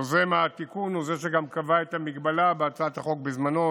יוזם התיקון הוא זה שגם קבע את המגבלה בהצעת החוק בזמנו,